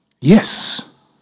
Yes